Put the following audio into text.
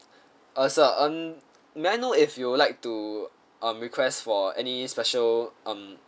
uh sir um may I know if you would like to um request for any special um